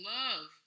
love